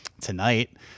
tonight